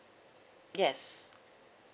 yes